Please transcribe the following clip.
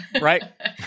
Right